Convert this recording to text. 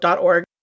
.org